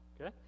Okay